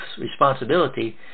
responsibility